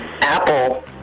Apple